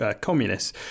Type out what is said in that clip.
communists